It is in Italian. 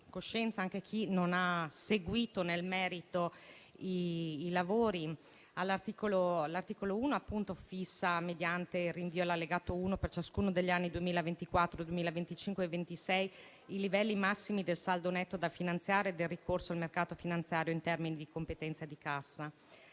coscienza anche a chi non ha seguito nel merito i lavori, l'articolo 1 fissa, mediante rinvio all'allegato I, per ciascuno degli anni 2024, 2025 e 2026, i livelli massimi del saldo netto da finanziare e del ricorso al mercato finanziario in termini di competenza e di cassa.